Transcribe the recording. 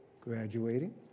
graduating